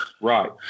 Right